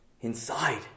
inside